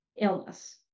illness